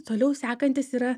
toliau sekantis yra